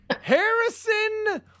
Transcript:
Harrison